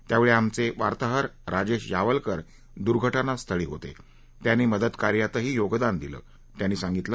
त्यावेळी आमचे वार्ताहर राजेश यावलकर दुर्घटनास्थळी होते त्यांनी मदतकार्यातही योगदान दिलं त्यांनी सांगितलं